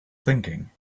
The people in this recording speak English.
thinking